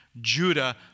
Judah